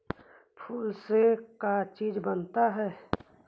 फूल से का चीज बनता है?